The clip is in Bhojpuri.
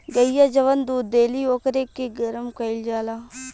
गइया जवन दूध देली ओकरे के गरम कईल जाला